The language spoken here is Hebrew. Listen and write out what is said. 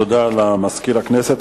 תודה לסגן מזכיר הכנסת.